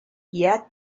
yet